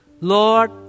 Lord